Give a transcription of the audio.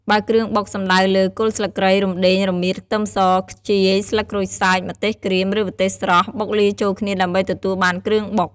បើគ្រឿងបុកសំដៅលើ គល់ស្លឹកគ្រៃ រំដេង រមៀត ខ្ទឹមស ខ្ជាយ ស្លឹកក្រូចសើច ម្ទេសក្រៀម ឬម្ទេសស្រស់ បុកលាយចូលគ្នាដើម្បីទទួលបានគ្រឿងបុក។